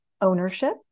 ownership